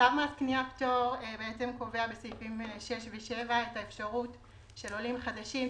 הצו קובע בסעיפים 6 ו-7 את האפשרות של עולים חדשים,